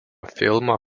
filmo